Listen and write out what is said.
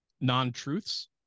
non-truths